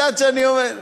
את יודעת שאני אומר.